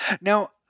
Now